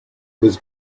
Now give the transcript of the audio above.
was